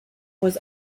was